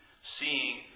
Seeing